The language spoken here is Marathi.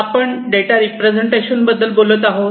आपण डेटा रिप्रेझेंटेशन बद्दल बोलत आहोत